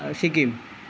আৰু ছিকিম